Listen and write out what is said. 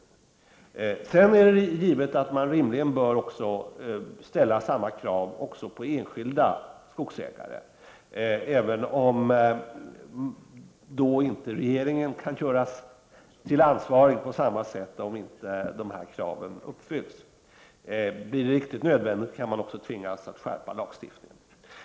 Sedan är det rimligt att samma krav också ställs på enskilda skogsägare, även om regeringen då inte kan göras ansvarig på samma sätt om dessa krav inte uppfylls. Blir det riktigt nödvändigt kan även lagstiftningen behöva skärpas.